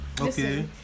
Okay